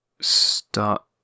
start